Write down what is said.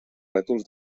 rètols